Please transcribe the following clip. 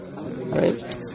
Right